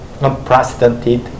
unprecedented